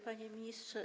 Panie Ministrze!